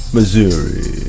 Missouri